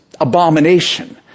abomination